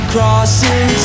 Crossing